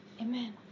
amen